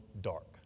dark